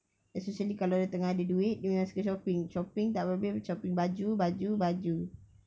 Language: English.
especially kalau dia tengah ada duit dia memang suka shopping shopping tak habis-habis shopping baju baju baju